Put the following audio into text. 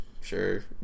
sure